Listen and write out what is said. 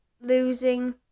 losing